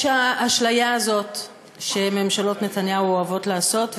יש את האשליה הזאת שממשלות נתניהו אוהבות לעשות,